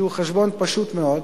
שהוא חשבון פשוט מאוד: